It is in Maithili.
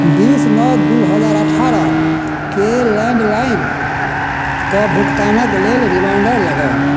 बीस नओ दू हजार अठारहके लैंडलाइनके भुगतानक लेल रिमाइंडर लगाउ